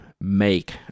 make